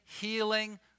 healing